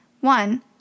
One